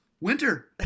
winter